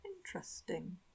Interesting